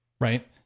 Right